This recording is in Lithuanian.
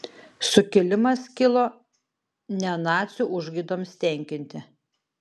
sukilimas kilo ne nacių užgaidoms tenkinti